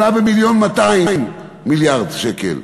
עלה ב-1.2 מיליארד שקלים.